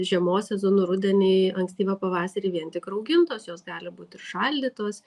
žiemos sezonu rudenį ankstyvą pavasarį vien tik raugintos jos gali būt ir šaldytos